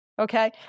okay